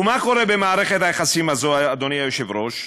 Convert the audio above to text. ומה קורה במערכת היחסים הזאת, אדוני היושב-ראש,